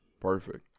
Perfect